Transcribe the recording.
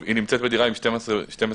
היא נמצאת בדירה עם 12 בנות.